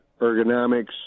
ergonomics